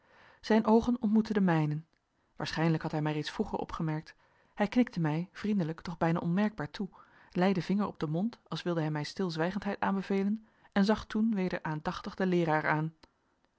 zijn oogen ontmoetten de mijne waarschijnlijk had hij mij reeds vroeger opgemerkt hij knikte mij vriendelijk doch bijna onmerkbaar toe lei den vinger op den mond als wilde hij mij stilzwijgendheid aanbevelen en zag toen weder aandachtig den leeraar aan